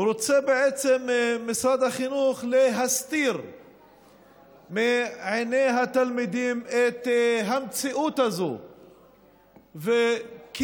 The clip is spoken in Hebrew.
רוצה בעצם משרד החינוך להסתיר מעיני התלמידים את המציאות הזאת וכאילו